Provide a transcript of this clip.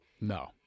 No